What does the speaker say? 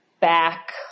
back